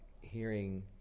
hearing